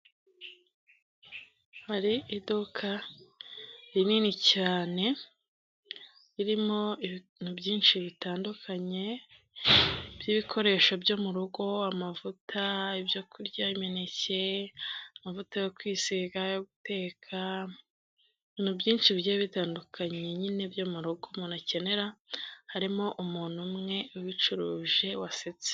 Hari iduka rinini cyane ririmo ibintu byinshi bitandukanye by'ibikoresho byo mu rugo amavuta, ibyo kurya imineke, amavuta yo kwisiga, ayo guteka ibintu byinshi bitandukanye nyine byo mu rugo umuntu akenera, harimo umuntu umwe ubicuruje wasetse.